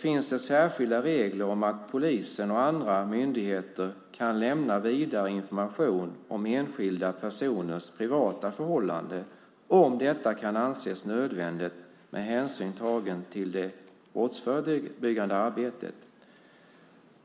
finns det särskilda regler om att polisen och andra myndigheter kan lämna vidare information om enskilda personers privata förhållanden om detta kan anses nödvändigt med hänsyn tagen till det brottsförebyggande arbetet.